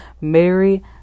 Mary